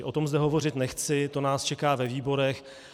O tom zde hovořit nechci, to nás čeká ve výborech.